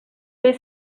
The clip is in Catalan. fer